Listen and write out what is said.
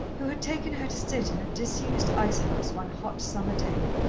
who had taken her to sit in a disused ice-house one hot summer day,